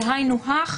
זה היינו הך,